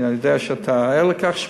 כי אני יודע שאתה ער לכך,